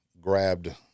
grabbed